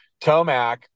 Tomac